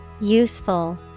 Useful